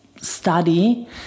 study